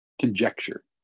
Conjecture